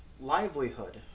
livelihood